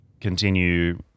continue